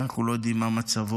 ואנחנו לא יודעים מה מצבו,